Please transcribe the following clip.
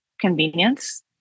convenience